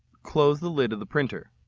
close the lid of the printer.